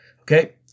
Okay